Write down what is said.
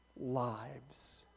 lives